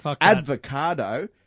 avocado